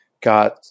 got